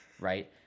right